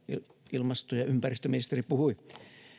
ilmasto ja ympäristöministeri puhui